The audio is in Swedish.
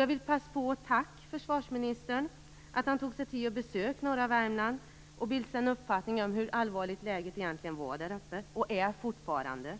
Jag vill passa på att tacka försvarsministern för att han tog sig tid att besöka norra Värmland för att bilda sig en uppfattning om hur allvarligt läget egentligen var och fortfarande är där uppe.